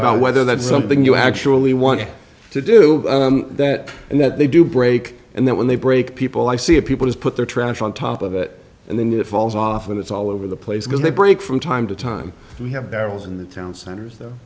about whether that's something you actually want to do that and that they do break and then when they break people i see a people has put their trash on top of it and then it falls off and it's all over the place because they break from time to time we have barrels in the town center